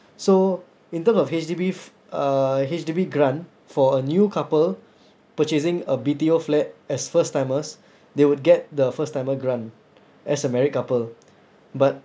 so in term of H_D_B f~ uh H_D_B grant for a new couple purchasing a B_T_O flat as first timers they would get the first timer grant as a married couple but